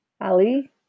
ali